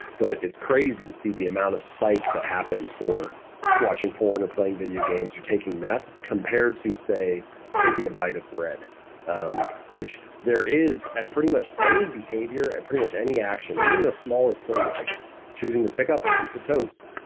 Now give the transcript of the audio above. but it's crazy to see the amount of spike that happens for watching porn or playing videogames or taking meth compared to say taking a bite of bread um which there is at pretty much any behavior and pretty much any action even the smallest thing like choosing to pick up a piece of toast.